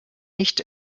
nicht